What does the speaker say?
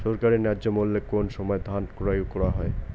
সরকারি ন্যায্য মূল্যে কোন সময় ধান ক্রয় করা হয়?